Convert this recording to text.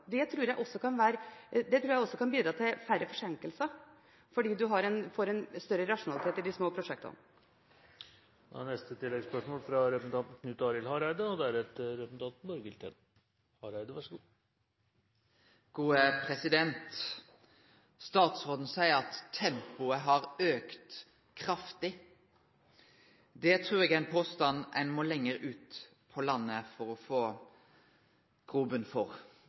Det tror jeg også kan bidra til færre forsinkelser, fordi man får en større rasjonalitet i de små prosjektene. Knut Arild Hareide – til oppfølgingsspørsmål. Statsråden seier at tempoet har auka kraftig. Det trur eg er ein påstand ein må lenger ut på landet med for å få grobotn for.